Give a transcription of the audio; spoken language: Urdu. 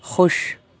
خوش